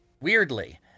weirdly